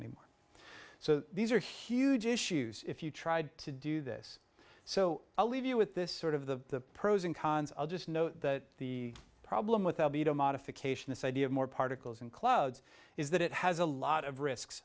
anymore so these are huge issues if you tried to do this so i'll leave you with this sort of the pros and cons of just know that the problem with modification this idea of more particles and clouds is that it has a lot of risks